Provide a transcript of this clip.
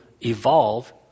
evolve